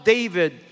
David